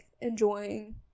enjoying